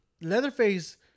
Leatherface